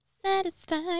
satisfied